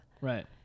Right